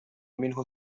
منه